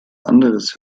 anderes